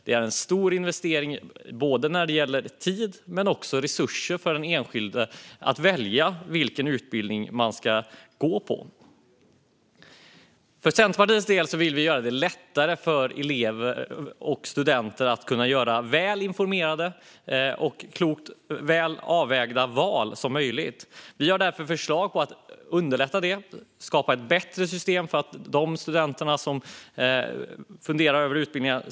Det är en stor investering när det gäller både tid och resurser för den enskilde att välja vilken utbildning man ska gå på. För Centerpartiets del vill vi göra det lättare för elever och studenter att göra så väl informerade och väl avvägda val som möjligt. Vi har därför förslag på att underlätta det genom att skapa ett bättre system för de studenter som funderar över utbildningarna.